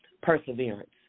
perseverance